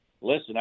listen